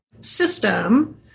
system